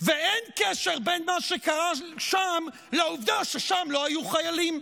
ואין קשר בין מה שקרה שם לעובדה ששם לא היו חיילים.